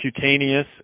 cutaneous